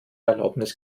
erlaubnis